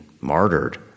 martyred